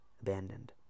abandoned